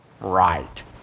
Right